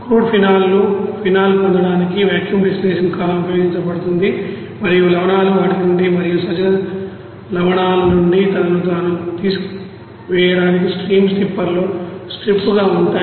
crude phenol నుండి phenol పొందడానికి vacuum distillation column ఉపయోగించబడుతుంది మరియు లవణాలు వాటి నుండి మరియు సజల లవణాల నుండి తనను తాను తీసివేయడానికి స్ట్రీమ్ స్ట్రిప్పర్లో స్ట్రిప్గా ఉంటాయి